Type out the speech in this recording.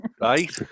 Right